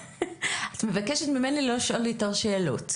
את מבקשת ממני לא לשאול יותר שאלות?